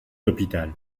hôpital